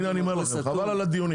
הנה אני אומר לכם חבל על הדיונים.